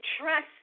trust